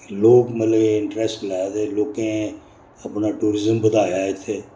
लोक मतलब के एह् इंटरैस्ट लै दे लोकें अपना टूरिजम बधाया ऐ इत्थैं